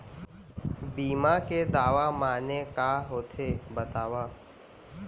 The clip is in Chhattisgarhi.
बीमा के दावा माने का होथे बतावव?